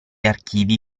archivi